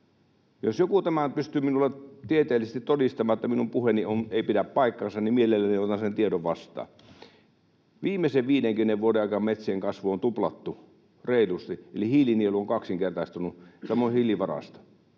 Jos joku pystyy minulle tieteellisesti todistamaan, että minun puheeni ei pidä paikkaansa, niin mielelläni otan sen tiedon vastaan. Viimeisen 50 vuoden aikana metsien kasvu on tuplattu reilusti, eli hiilinielu on kaksinkertaistunut, samoin hiilivarasto.